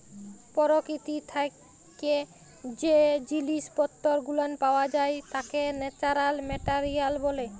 পরকীতি থাইকে জ্যে জিনিস পত্তর গুলান পাওয়া যাই ত্যাকে ন্যাচারাল মেটারিয়াল ব্যলে